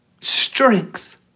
strength